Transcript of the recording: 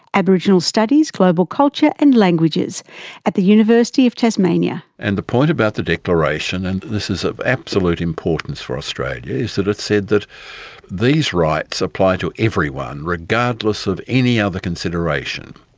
aboriginal studies, global culture and languages at the university of tasmania. and the point of the declaration and this is of absolute importance for australia is that it said that these rights apply to everyone, regardless of any other consideration.